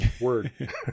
word